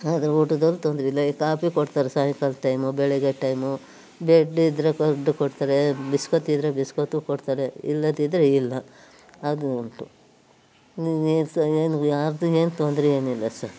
ಆದ್ರೆ ಊಟದಲ್ಲಿ ತೊಂದ್ರೆ ಇಲ್ಲ ಈ ಕಾಪಿ ಕೊಡ್ತಾರೆ ಸಾಯಂಕಾಲ್ದ ಟೈಮು ಬೆಳಗ್ಗೆ ಟೈಮು ಬ್ರೆಡ್ ಇದ್ದರೆ ಕರೆದು ಕೊಡ್ತಾರೆ ಬಿಸ್ಕತ್ ಇದ್ದರೆ ಬಿಸ್ಕತ್ತೂ ಕೊಡ್ತಾರೆ ಇಲ್ಲದಿದ್ದರೆ ಇಲ್ಲ ಹಾಗೂ ಉಂಟು ಏನು ಯಾರದ್ದು ಏನು ತೊಂದರೆ ಏನಿಲ್ಲ ಸರ್